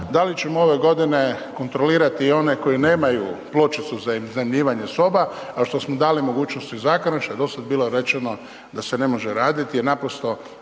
da li ćemo ove godine kontrolirati i one koji nemaju pločicu za iznajmljivanje soba kao što smo dali mogućnosti u zakonu što je dosad bilo rečeno da se ne može raditi jer naprosto